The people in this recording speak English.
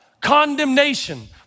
Condemnation